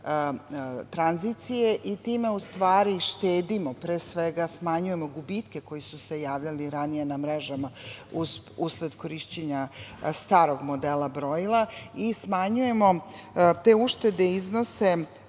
tranzicije i time u stvari štedimo, pre svega, smanjujemo gubitke koji su se javljali ranije na mrežama usled korišćenja starog modela brojila. Te uštede iznose